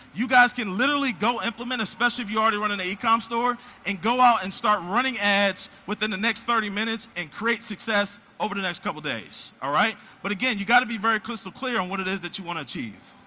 you guys can literally go implement, especially if you're already running an ecom store and go out and start running ads within the next thirty minutes, and create success over the next couple days. ah but again, you've got to be very crystal clear on what it is that you want to achieve.